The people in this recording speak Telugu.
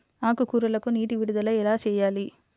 ఆకుకూరలకు నీటి విడుదల ఎలా చేయాలి?